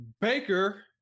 Baker –